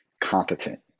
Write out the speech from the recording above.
competent